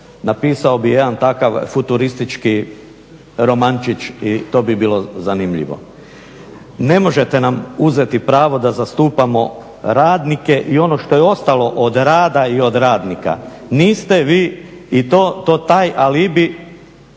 napisao bih jedan takav futuristički romančić i to bi bilo zanimljivo. Ne možete nam uzeti pravo da zastupamo radnike i ono što je ostalo od rada i od radnika. Niste vi i to taj alibi,